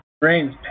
brains